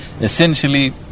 essentially